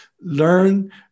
learn